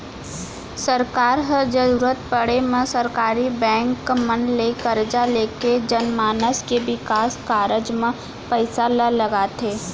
सरकार ह जरुरत पड़े म सरकारी बेंक मन ले करजा लेके जनमानस के बिकास कारज म पइसा ल लगाथे